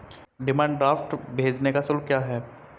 Demand draft भेजने का शुल्क क्या है?